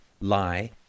lie